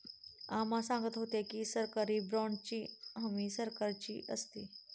अम्मा सांगत होत्या की, सरकारी बाँडची हमी सरकारची असते